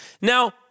now